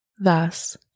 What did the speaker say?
Thus